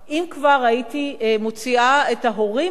הייתי מוציאה את ההורים מהסיפור הזה